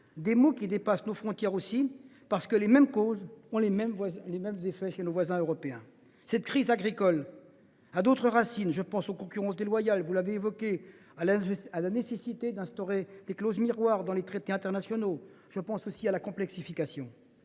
Ces maux dépassent nos frontières, les mêmes causes produisant les mêmes effets chez nos voisins européens. Cette crise agricole a d’autres racines. Je pense aux concurrences déloyales, à la nécessité d’instaurer des clauses miroirs dans les traités internationaux, ou encore à la complexification.